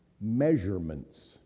measurements